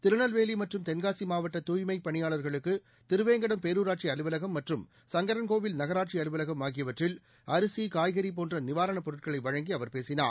திருநெல்வேலி மற்றும் தென்காசி மாவட்ட தூய்மைப் பணியாளர்களுக்கு திருவேங்கடம் பேரூராட்சி அலுவலகம் மற்றும் சங்கரன்கோவில் நகராட்சி அலுவலகம் ஆகியவற்றில் அரிசி காய்கறி போன்ற நிவாரணப் பொருட்களை வழங்கி அவர் பேசினார்